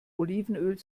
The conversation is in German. olivenöl